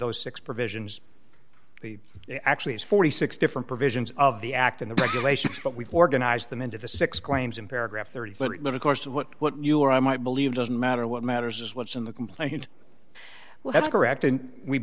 those six provisions he actually has forty six different provisions of the act in the regulations but we organize them into the six claims in paragraph thirty but live of course of what you or i might believe doesn't matter what matters is what's in the complaint well that's correct and we